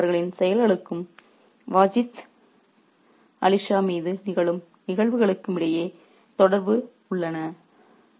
எனவே அவர்களின் செயல்களுக்கும் வாஜித் அலி ஷா மீது நிகழும் நிகழ்வுகளுக்கும் இடையே தொடர்புகள் உள்ளன